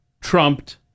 trumped